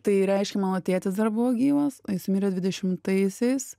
tai reiškia mano tėtis dar buvo gyvas jis mirė dvidešimtaisiais